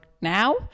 now